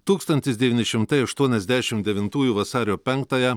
tūkstantis devyni šimtai aštuoniasdešimt devintųjų vasario penktąją